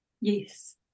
yes